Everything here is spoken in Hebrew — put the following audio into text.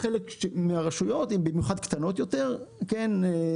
בחלק מהרשויות, במיוחד הקטנות יותר, לא.